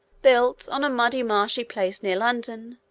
built on a muddy marshy place near london,